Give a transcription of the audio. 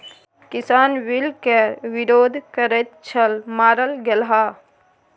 किसान बिल केर विरोध करैत छल मारल गेलाह